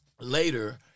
later